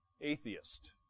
atheist